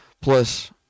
plus